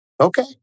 Okay